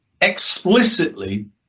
explicitly